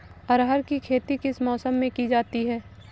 अरहर की खेती किस मौसम में की जाती है?